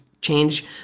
change